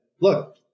look